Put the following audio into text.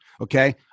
Okay